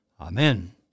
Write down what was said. Amen